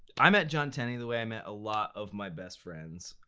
i met john tenney the way i met a lot of my best friends,